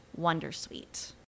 Wondersuite